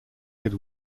had